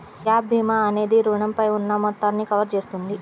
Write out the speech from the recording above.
gap భీమా అనేది రుణంపై ఉన్న మొత్తాన్ని కవర్ చేస్తుంది